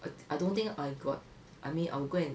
I I don't think I got I mean I'll go and